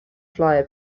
flyer